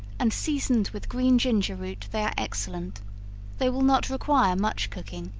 and seasoned with green ginger root they are excellent they will not require much cooking,